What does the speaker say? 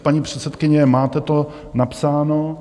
Paní předsedkyně, máte to napsáno?